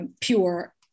pure